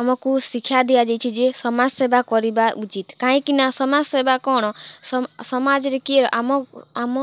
ଆମକୁ ଶିକ୍ଷା ଦିଆଯାଇଛି ଯେ ସମାଜ୍ ସେବା କରିବା ଉଚିତ୍ କାହିଁକିନା ସମାଜ୍ ସେବା କ'ଣ ସମାଜରେ କିଏ ଆମ ଆମ